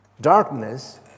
Darkness